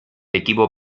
equipo